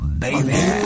baby